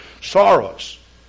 sorrows